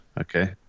Okay